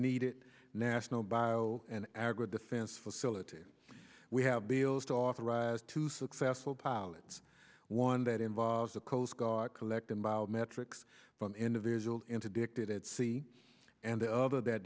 needed national bio and agro defense facilities we have bills to authorize two successful pilots one that involves the coast guard collecting biometrics from individuals into diktat at sea and the other that